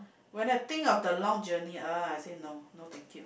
when I think of the long journey uh I say no no thank you